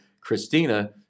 Christina